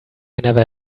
never